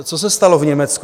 Co se stalo v Německu?